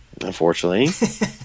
Unfortunately